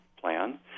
plan